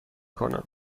کنم